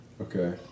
Okay